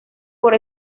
por